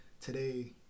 today